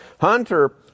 Hunter